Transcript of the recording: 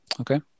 okay